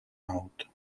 out